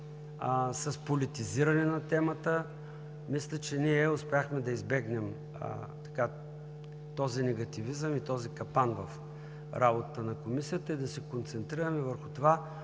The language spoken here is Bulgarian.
с политизиране на темата. Мисля, че ние успяхме да избегнем този негативизъм и този капан в работата на Комисията и да се концентрираме върху това